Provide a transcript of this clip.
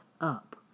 up